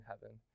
heaven